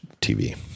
TV